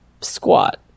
squat